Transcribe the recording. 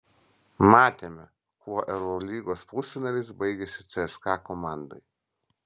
matėme kuo eurolygos pusfinalis baigėsi cska komandai